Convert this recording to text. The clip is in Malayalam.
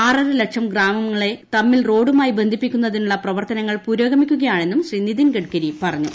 ആറരലക്ഷം ഗ്രാമങ്ങളെ തമ്മിൽ റോഡുമായി ബന്ധിപ്പിക്കുന്നതിനുള്ള പ്രവർത്തനങ്ങൾ പുരോഗമിക്കുകയാണെന്നും ശ്രീ നിതിൻ ഗഡ്കരി പറഞ്ഞു